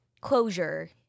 closure